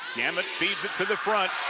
gamet feeds it to the front